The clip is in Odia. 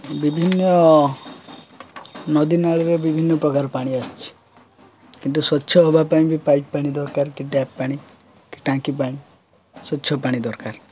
ବିଭିନ୍ନ ନଦୀ ନାଳରେ ବିଭିନ୍ନ ପ୍ରକାର ପାଣି ଆସିଛି କିନ୍ତୁ ସ୍ୱଚ୍ଛ ହବା ପାଇଁ ବି ପାଇପ୍ ପାଣି ଦରକାର କି ଟ୍ୟାପ୍ ପାଣି କି ଟାଙ୍କି ପାଇଁ ସ୍ୱଚ୍ଛ ପାଣି ଦରକାର